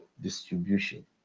distribution